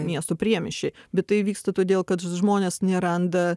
miesto priemiesčiai bet tai vyksta todėl kad žmonės neranda